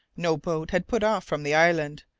no boat had put off from the island,